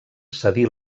cedí